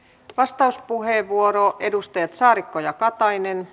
vastauspuheenvuoro edustajat saarikko ja katainen